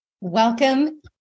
Welcome